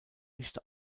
nicht